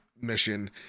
mission